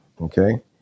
Okay